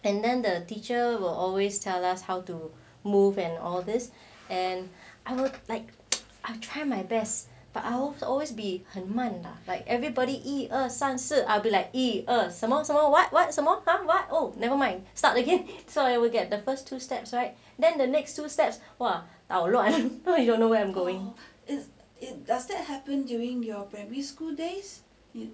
and then the teacher will always tell us how to move and all this and I would like I've try my best but I'll always be 很慢 lah like everybody 一二三四 I'll be like 一二什么什么 what what oh never mind start again so we get the first two steps right then the next steps that's why 捣乱 you don't know where I'm going is it